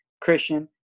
Christian